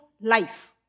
life